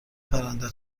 پرنده